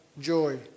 joy